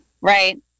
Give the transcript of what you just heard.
right